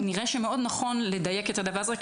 נראה שמאוד נכון לדייק את הדבר הזה.